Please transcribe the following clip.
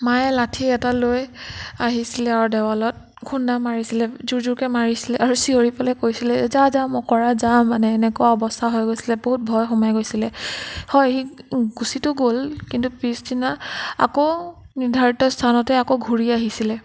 মায়ে লাঠি এটা লৈ আহিছিলে আৰু দেৱালত খুন্দা মাৰিছিলে জোৰ জোৰকে মাৰিছিলে আৰু চিঞৰি পেলাই কৈছিলে যা যা মকৰা যা মানে এনেকুৱা অৱস্থা হৈ গৈছিলে বহুত ভয় সোমাই গৈছিলে হয় সি গুছিটো গ'ল কিন্তু পিছদিনা আকৌ নিৰ্ধাৰিত স্থানতে আকৌ ঘূৰি আহিছিলে